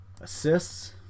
Assists